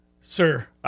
Sir